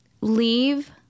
leave